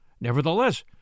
Nevertheless